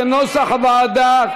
כנוסח הוועדה?